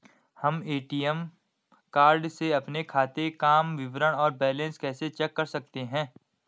हम ATM card से अपने खाते काम विवरण और बैलेंस कैसे चेक कर सकते हैं?